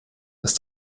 ist